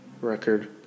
...record